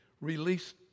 release